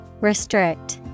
Restrict